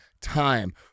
time